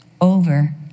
over